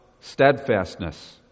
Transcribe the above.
steadfastness